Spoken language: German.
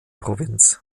provinz